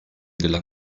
della